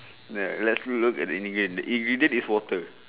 ya let's look at the ingredient ingredient is water